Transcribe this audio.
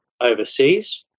overseas